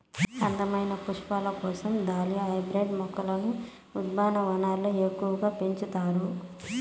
అందమైన పుష్పాల కోసం దాలియా హైబ్రిడ్ మొక్కలను ఉద్యానవనాలలో ఎక్కువగా పెంచుతారు